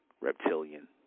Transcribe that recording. reptilian